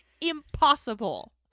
Impossible